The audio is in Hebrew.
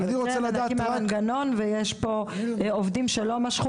הוא --- מהמנגנון ויש פה עובדים שלא משכו